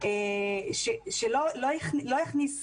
שלא הכניס